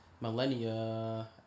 Millennia